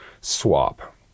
SWAP